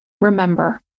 Remember